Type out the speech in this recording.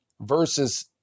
versus